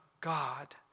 God